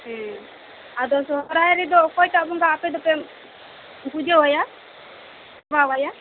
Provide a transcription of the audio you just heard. ᱟᱫᱚ ᱥᱚᱦᱚᱨᱟᱭ ᱨᱮᱫᱚ ᱚᱠᱚᱭ ᱴᱟᱜ ᱵᱚᱸᱜᱟ ᱟᱯᱮ ᱫᱚᱯᱮ ᱯᱩᱡᱟᱹ ᱟᱭᱟ ᱥᱮᱵᱟ ᱟᱭᱟ